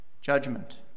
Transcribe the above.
judgment